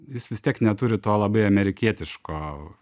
jis vis tiek neturi to labai amerikietiško